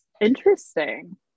Interesting